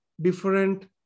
different